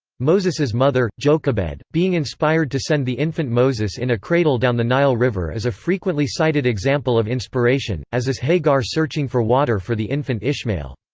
moses's mother, jochebed, being inspired to send the infant moses in a cradle down the nile river is a frequently cited example of inspiration, as is hagar searching for water for the infant ishmael.